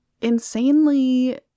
insanely